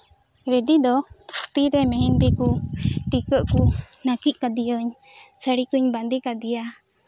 ready ᱫᱚ ᱛᱤ ᱨᱮ ᱢᱮᱦᱮᱱᱫᱤ ᱠᱚ ᱴᱤᱠᱟᱹᱜ ᱠᱚ ᱱᱟᱹᱠᱤᱪ ᱠᱟᱫᱮᱭᱟᱧ ᱥᱟᱹᱲᱤ ᱠᱚᱧ ᱵᱟᱸᱫᱮ ᱠᱟᱫᱮᱭᱟ